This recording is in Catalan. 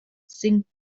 cinc